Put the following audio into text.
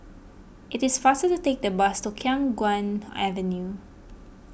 it is faster to take the bus to Khiang Guan Avenue